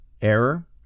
error